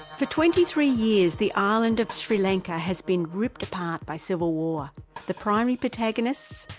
for twenty three years the island of sri lanka has been ripped apart by civil war the primary protagonists,